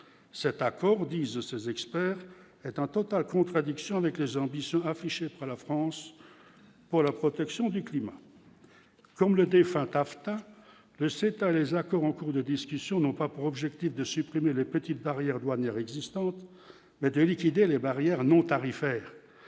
cet accord, disent ces experts est en totale contradiction avec les ambitions affichées par la France pour la protection du climat comme le défunt taffetas le CETA les accords en cours de discussion, non pas pour objectif de supprimer les petites barrières douanières existantes mais liquider les barrières non tarifaires,